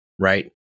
right